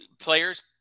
players